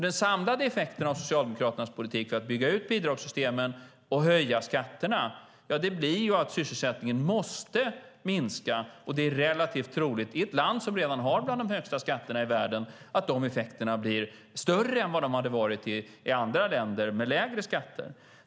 Den samlade effekten av Socialdemokraternas politik för att bygga ut bidragssystemen och höja skatterna blir att sysselsättningen måste minska, och i ett land som redan har bland de högsta skatterna i världen är det relativt troligt att de effekterna blir större än vad de skulle ha varit i andra länder med lägre skatter.